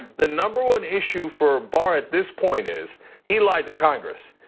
the number one issue for barr at this point is he lied to congress.